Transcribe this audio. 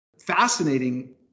Fascinating